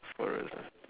for the rest ya